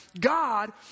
God